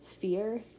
Fear